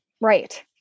right